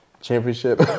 championship